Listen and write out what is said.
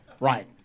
Right